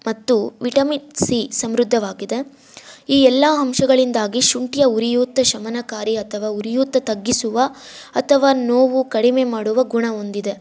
ಮತ್ತು vitamin C ಸಮೃದ್ಧವಾಗಿದೆ ಈ ಎಲ್ಲಾ ಅಂಶಗಳಿಂದಾಗಿ ಶುಂಠಿಯ ಉರಿಯೂತ ಶಮನಕಾರಿ ಅಥವಾ ಉರಿಯೂತ ತಗ್ಗಿಸುವ ಅಥವಾ ನೋವು ಕಡಿಮೆ ಮಾಡುವ ಗುಣ ಹೊಂದಿದೆ